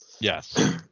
yes